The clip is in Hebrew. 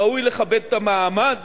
ראוי לכבד את המעמד